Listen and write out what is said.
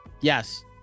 Yes